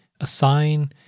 assign